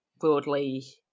broadly